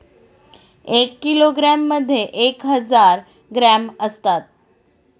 एक किलोग्रॅममध्ये एक हजार ग्रॅम असतात